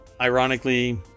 ironically